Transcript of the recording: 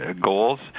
goals